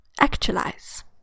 actualize